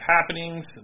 happenings